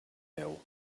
veu